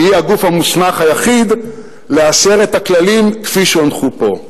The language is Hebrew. היא הגוף המוסמך היחיד לאשר את הכללים כפי שהונחו פה.